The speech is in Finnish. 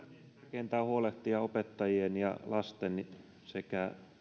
on huolehtia opettajien ja lasten sekä